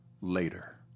later